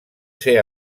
ser